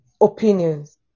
opinions